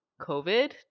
COVID